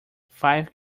five